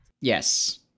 Yes